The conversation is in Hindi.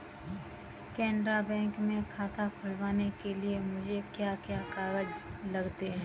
केनरा बैंक में खाता खुलवाने के लिए मुझे क्या क्या कागजात लगेंगे?